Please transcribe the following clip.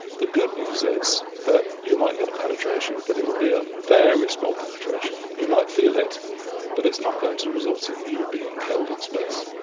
the good news is that you might get a penetration but it would be a very small penetration. you might feel it but it's not going to resort in you being killed in space.